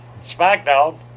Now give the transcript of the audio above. SmackDown